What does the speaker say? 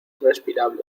respirable